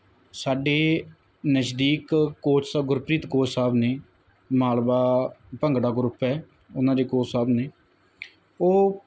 ਸਾਡੇ ਨਜ਼ਦੀਕ coach sir Gurpreet coach ਸਾਹਿਬ ਨੇ ਮਾਲਵਾ ਭੰਗੜਾ ਗਰੁੱਪ ਹੈ ਉਹਨਾਂ ਦੇ ਕੋਚ ਸਾਹਿਬ ਨੇ ਉਹ